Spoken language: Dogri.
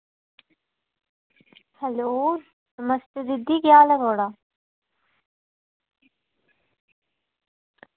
हैलो नमस्ते दीदी केह् हाल थुआढ़ा